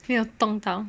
没有动到